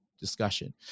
discussion